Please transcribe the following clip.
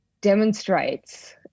demonstrates